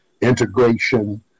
integration